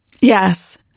Yes